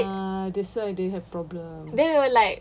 ah that's why they have problem